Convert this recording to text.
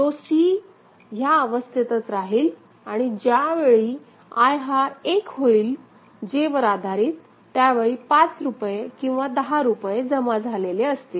तो c ह्या अवस्थेलाच राहील आणि ज्यावेळी I हा एक होईल J वर आधारित त्यावेळी 5 रुपये किंवा 10 रुपये जमा झालेले असतील